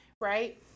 Right